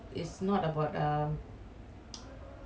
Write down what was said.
it's not about story at all is not